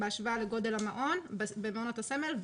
בהשוואה לגודל המעון במעונות הסמל,